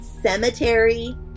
cemetery